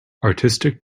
artistic